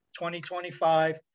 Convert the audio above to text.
2025